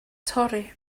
torri